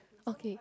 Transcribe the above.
okay